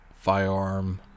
firearm